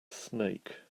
snake